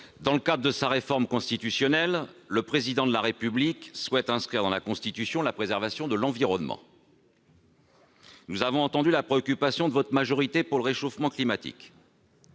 Dans le cadre de sa réforme constitutionnelle, le Président de la République souhaite inscrire dans la Constitution la préservation de l'environnement. Nous avons entendu la préoccupation de votre majorité vis-à-vis du réchauffement climatique,